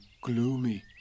gloomy